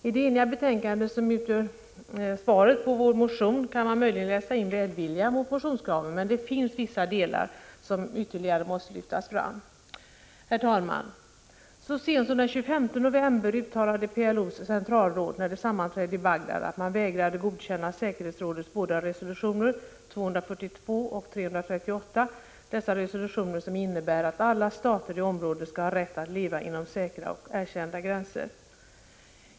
I det eniga betänkande som utgör svaret på vår motion kan man möjligen läsa in välvilja mot motionskraven, men det finns vissa delar som ytterligare måste lyftas fram. Herr talman! Så sent som den 25 november uttalade PLO:s centralråd när det sammanträdde i Bagdad att man vägrade godkänna säkerhetsrådets båda resolutioner 242 och 338, som innebär att alla stater i området skall ha rätt att leva inom säkra och erkända gränser.